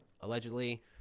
allegedly